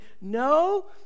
no